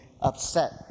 upset